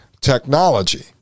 technology